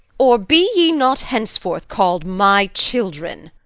or be ye not henceforth call'd my children.